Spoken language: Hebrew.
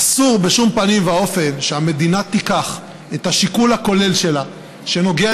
אסור בשום פנים ואופן שהמדינה תיקח את השיקול הכולל שלה שנוגע